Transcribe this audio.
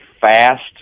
fast